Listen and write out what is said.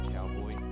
Cowboy